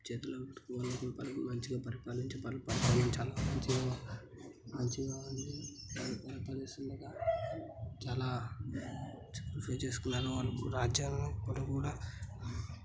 చేతుల్లో పెట్టుకోని వాళ్ళు పరిపాలిం మంచిగా పరిపాలించి పరిపాలన చాలా మంచిగా మంచిగానే వాళ్ళు పరిపాలిస్తుండగా చాలా సాక్రిఫైజ్ చేసుకున్నారు వాళ్ళు రాజ్యాంగం పరంగా కూడా